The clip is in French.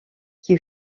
qui